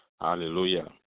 Hallelujah